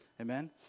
Amen